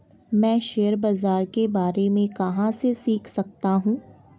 मैं शेयर बाज़ार के बारे में कहाँ से सीख सकता हूँ?